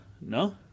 no